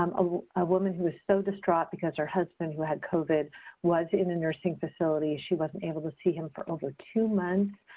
um a woman who was so distraught because her husband who had covid was in a nursing facility. she wasn't able to see him for over two months.